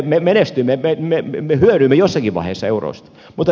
me menestyimme me hyödyimme jossakin vaiheessa eurosta